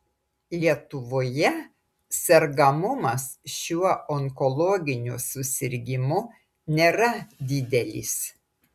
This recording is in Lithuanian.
lietuvoje sergamumas šiuo onkologiniu susirgimu nėra didelis